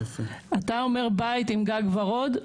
אתה אומר בית עם גג ורוד,